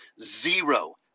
zero